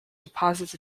deposits